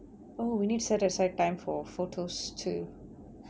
oh we need to set aside time for photos too